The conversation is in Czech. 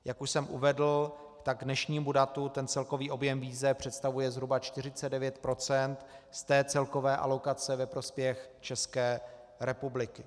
Jak už jsem uvedl, tak k dnešnímu datu celkový objem výzev představuje zhruba 49 % z celkové alokace ve prospěch České republiky.